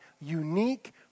unique